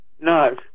No